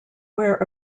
where